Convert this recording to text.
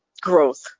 growth